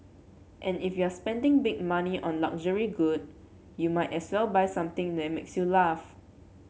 and if you're spending big money on a luxury good you might as well buy something that makes you laugh